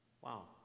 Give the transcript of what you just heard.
Wow